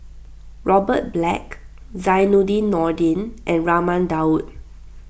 Robert Black Zainudin Nordin and Raman Daud